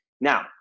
Now